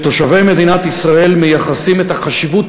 שתושבי מדינת ישראל מייחסים את החשיבות